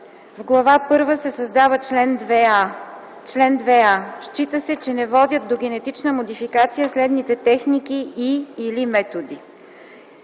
В Глава първа се създава чл. 2а: „Чл. 2а. Счита се, че не водят до генетична модификация следните техники и/или методи: